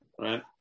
Right